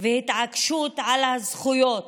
והתעקשות על הזכויות,